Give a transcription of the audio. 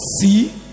see